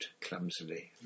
clumsily